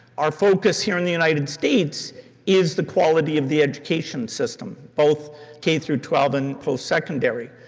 our focus here in the united states is the quality of the education system, both k through twelve and postsecondary,